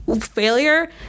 failure